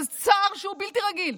זה צער שהוא בלתי רגיל.